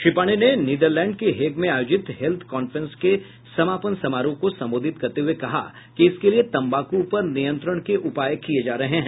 श्री पाण्डेय ने नीदरलैंड के हेग मे आयोजित हेल्थ कांफ्रेस के समापन समारोह को संबोधित करते हुए कहा कि इसके लिए तम्बाकू पर नियंत्रण के उपाय किये जा रहे हैं